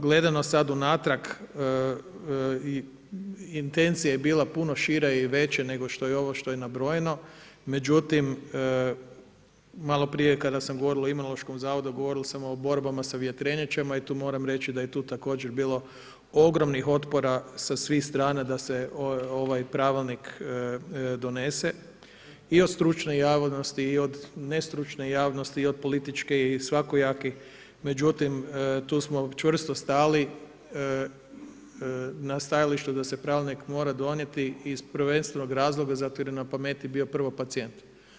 Gledano sad unatrag, intencija je bila puno šira i veća nego ovo što je nabrojano, međutim maloprije kada sam govorio o Imunološkom zavodu govorio sam o borbama sa vjetrenjačama i tu moram reći da je tu također bilo ogromnih otpora sa svih strana da se ovaj pravilnik donese i o stručnoj javnosti i od nestručne javnosti i od političke i svakojake međutim tu smo čvrsto stali na stajalištu da se pravilnik mora donijeti iz prvenstvenog razloga zato jer je na pameti bio prvo pacijent.